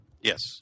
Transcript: Yes